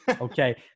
Okay